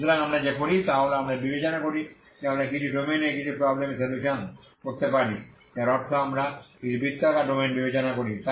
সুতরাং আমরা যা করি তা হল আমরা বিবেচনা করি যে আমরা কিছু ডোমেইনে কিছু প্রবলেমের সলিউশন করতে পারি যার অর্থ আমরা কিছু বৃত্তাকার ডোমেন বিবেচনা করি